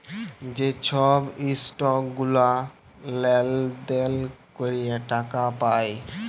যে ছব ইসটক গুলা লেলদেল ক্যরে টাকা পায়